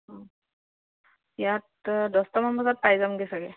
অঁ ইয়াত দহটামান বজাত পাই যামগৈ চাগৈ